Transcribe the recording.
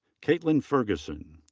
caitlyn ferguson.